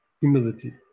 humility